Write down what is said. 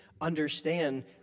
understand